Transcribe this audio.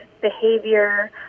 behavior